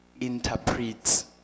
interprets